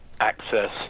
access